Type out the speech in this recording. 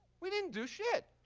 we didn't do shit.